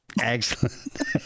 excellent